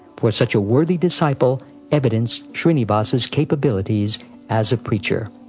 for such a worthy disciple evidenced shrinivas's capabilities as a preacher.